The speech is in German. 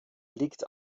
liegt